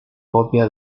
copia